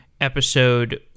episode